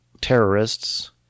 terrorists